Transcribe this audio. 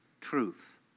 truth